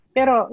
Pero